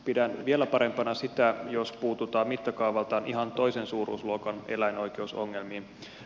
pidän vielä parempana sitä jos puututaan mittakaavaltaan ihan toisen suuruusluokan eläinoikeusongelmiin